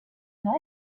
mais